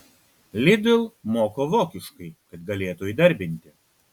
lidl moko vokiškai kad galėtų įdarbinti